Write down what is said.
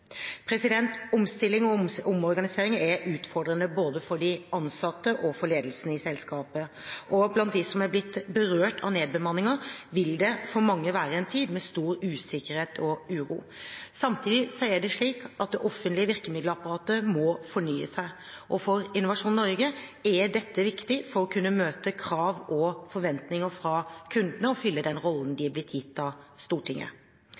og omorganiseringer er utfordrende både for de ansatte og for ledelsen i selskapet. Og blant dem som er blitt berørt av nedbemanninger, vil det for mange være en tid med stor usikkerhet og uro. Samtidig er det slik at det offentlige virkemiddelapparatet må fornye seg. For Innovasjon Norge er dette viktig for å kunne møte krav og forventninger fra kundene og fylle den rollen de er blitt gitt av Stortinget.